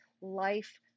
life